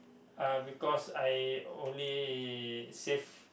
uh because I only save